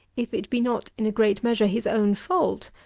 if it be not in a great measure his own fault,